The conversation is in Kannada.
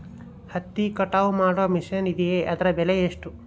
ಹತ್ತಿ ಕಟಾವು ಮಾಡುವ ಮಿಷನ್ ಇದೆಯೇ ಅದರ ಬೆಲೆ ಎಷ್ಟು?